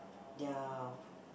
their